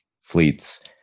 fleets